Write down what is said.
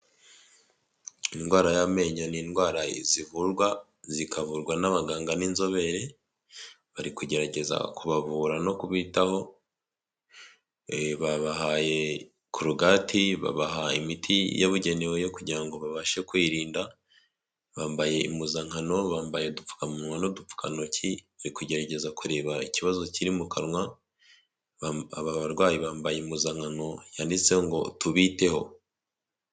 Indwara y'amenyo ni indwara zivurwa zikavurwa n'abaganga n'inzobere, bari kugerageza kubavura no kubitaho, babahaye korogati, babaha imiti yabugenewe yo kugira ngo babashe kwirinda bambaye impuzankano, bambaye udupfukamunwa n'udupfukantoki bari kugerageza kureba ikibazo kiri mu kanwa aba barwayi bambaye impuzankano yanditseho ngo tubiteho.